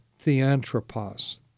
theanthropos